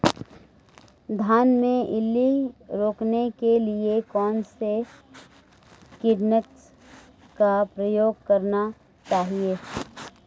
धान में इल्ली रोकने के लिए कौनसे कीटनाशक का प्रयोग करना चाहिए?